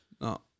No